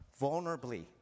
vulnerably